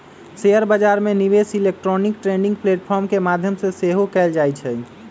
share बजार में निवेश इलेक्ट्रॉनिक ट्रेडिंग प्लेटफॉर्म के माध्यम से सेहो कएल जाइ छइ